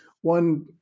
One